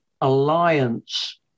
alliance